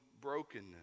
brokenness